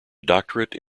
doctorate